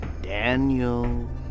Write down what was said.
Daniel